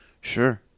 Sure